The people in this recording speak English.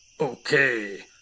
Okay